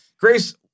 Grace